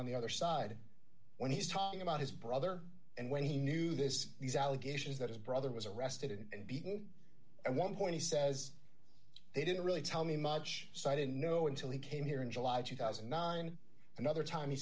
on the other side when he's talking about his brother and when he knew this these allegations that his brother was arrested and beaten at one point he says they didn't really tell me much cited know until he came here in july two thousand and nine another time he